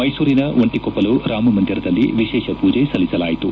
ಮೈಸೂರಿನ ಒಂಟಿಕೊಪ್ಪಲು ರಾಮಮಂದಿರದಲ್ಲಿ ವಿಶೇಷ ಪೂಜೆ ಸಲ್ಲಿಸಲಾಯಿತು